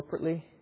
corporately